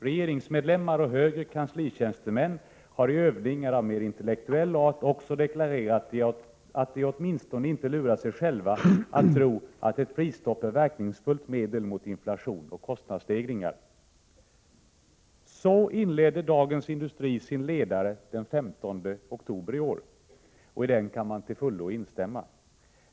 Regeringsmedlemmar och högre kanslitjänstemän har i övningar av mer intellektuell art också deklarerat att de åtminstone inte lurar sig själva att tro att ett prisstopp är verkningsfullt medel mot inflation och kostnadsstegringar.” Så inledde Dagens Industri sin ledare den 15 oktober i år, och i den kan man till fullo instämma.